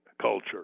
culture